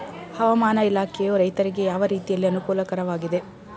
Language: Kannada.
ಹವಾಮಾನ ಇಲಾಖೆಯು ರೈತರಿಗೆ ಯಾವ ರೀತಿಯಲ್ಲಿ ಅನುಕೂಲಕರವಾಗಿದೆ?